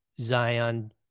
Zion